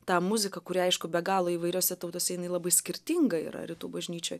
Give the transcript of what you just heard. tą muziką kuri aišku be galo įvairiose tautose jinai labai skirtinga yra rytų bažnyčioj